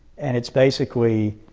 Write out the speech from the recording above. and it's basically